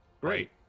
great